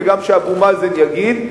וגם שאבו מאזן יגיד,